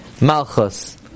Malchus